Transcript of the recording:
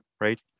right